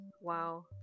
Wow